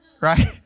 right